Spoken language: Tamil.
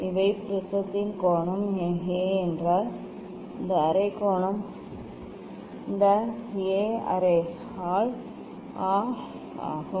இவை ப்ரிஸத்தின் கோணம் A என்றால் இந்த அரை கோணம் அரை கோணம் இந்த A ஆல் 2 ஆகும்